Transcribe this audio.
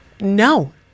no